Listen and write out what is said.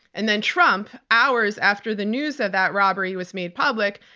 and then trump, hours after the news of that robbery was made public,